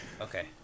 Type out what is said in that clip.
Okay